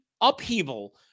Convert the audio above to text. upheaval